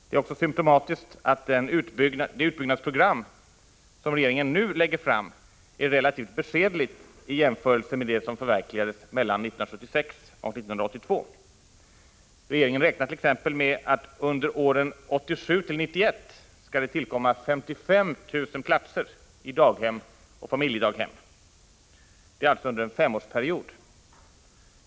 Det är också symptomatiskt att det utbyggnadsprogram som regeringen nu lägger fram är relativt beskedligt i jämförelse med det som förverkligades mellan 1976 och 1982. Regeringen räknar t.ex. med att det under åren 1987-1991 skall tillkomma 55 000 platser i daghem och familjedaghem. Det är alltså under en femårsperiod.